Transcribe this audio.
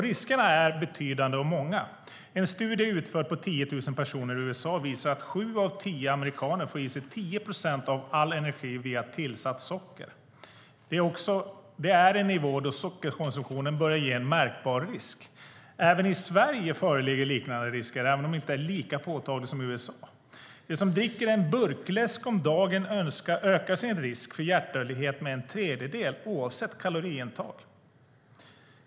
Riskerna är betydande och många. En studie utförd på 10 000 personer i USA visar att sju av tio amerikaner får i sig 10 procent av all energi via tillsatt socker. Det är en nivå då sockerkonsumtionen börjar ge en märkbar risk. Också i Sverige föreligger liknande risker, även om det inte är lika påtagligt som i USA. De som dricker en burkläsk om dagen ökar sin risk för hjärtdödlighet med en tredjedel, oavsett kaloriintag.